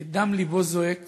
את דם לבו זועק